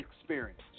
Experience